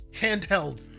handheld